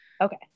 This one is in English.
okay